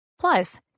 Plus